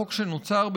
החוק שנוצר,